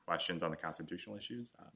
questions on the constitutional issues